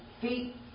feet